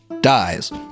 dies